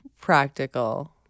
practical